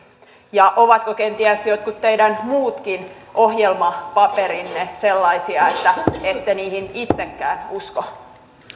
ja ovatko kenties jotkut teidän muutkin ohjelmapaperinne sellaisia että ette niihin itsekään usko